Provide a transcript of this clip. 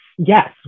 Yes